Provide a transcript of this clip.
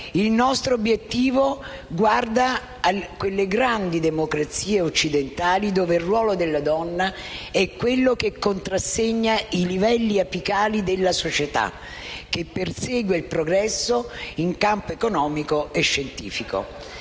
Il nostro obiettivo guarda a quelle grandi democrazie occidentali dove il ruolo della donna che contrassegna i livelli apicali della società e persegue il progresso in campo economico e scientifico.